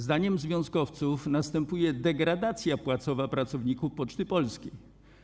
Zdaniem związkowców następuje degradacja płacowa pracowników Poczty Polskiej.